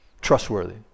trustworthy